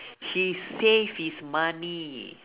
he save his money